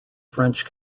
french